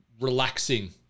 relaxing